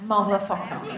Motherfucker